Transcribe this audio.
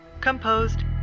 composed